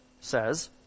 says